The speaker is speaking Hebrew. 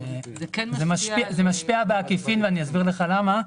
זה משפיע בעקיפין, ואסביר למה,